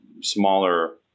smaller